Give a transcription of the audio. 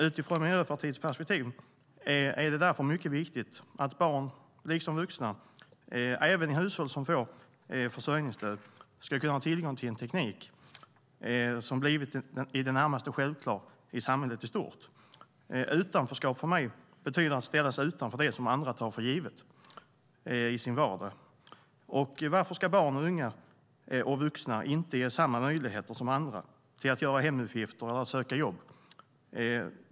Utifrån Miljöpartiets perspektiv är det därför mycket viktigt att barn och vuxna även i hushåll som får försörjningsstöd ska kunna ha tillgång till en teknik som blivit i det närmaste självklar i samhället i stort. Utanförskap för mig betyder att ställas utanför det som andra tar för givet i sin vardag. Varför ska barn, unga och vuxna inte ges samma möjligheter som andra till att göra hemuppgifter eller söka jobb?